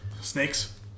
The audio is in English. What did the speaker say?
Snakes